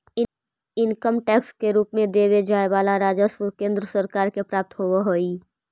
income tax के रूप में देवे जाए वाला राजस्व केंद्र सरकार के प्राप्त होव हई